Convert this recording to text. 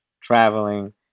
traveling